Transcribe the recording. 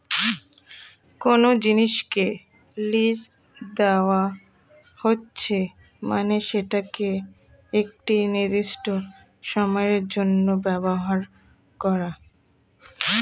কোনো জিনিসকে লীজ দেওয়া হচ্ছে মানে সেটাকে একটি নির্দিষ্ট সময়ের জন্য ব্যবহার করা